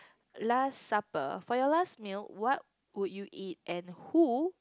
last supper for you last meal what would you eat and who